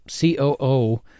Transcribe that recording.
COO